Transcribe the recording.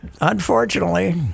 unfortunately